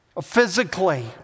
physically